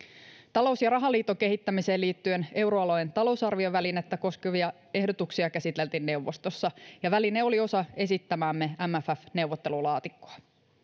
talous ja rahaliiton kehittämiseen liittyen euroalueen talousarviovälinettä koskevia ehdotuksia käsiteltiin neuvostossa ja väline oli osa esittämäämme mff neuvottelulaatikkoa